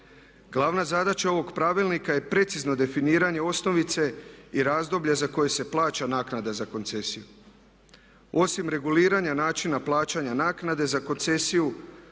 Glavna zadaća ovog Pravilnika je precizno definiranje osnovice i razdoblja za koje se plaća naknada za koncesiju. Osim reguliranja načina plaćanja naknade za koncesiju